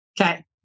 Okay